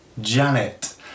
Janet